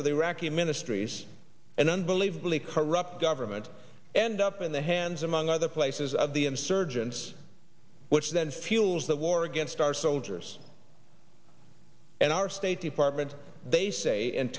of the iraqi ministries an unbelievably corrupt government and up in the hands among other places of the insurgents which then fuels the war against our soldiers and our state department they say